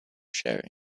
sharing